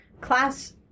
class